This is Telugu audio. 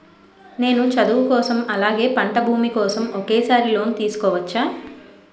నేను చదువు కోసం అలాగే పంట భూమి కోసం ఒకేసారి లోన్ తీసుకోవచ్చా?